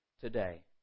today